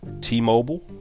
T-Mobile